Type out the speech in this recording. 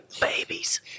Babies